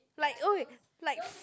like oh eh like